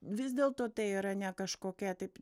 vis dėlto tai yra ne kažkokia taip